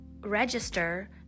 register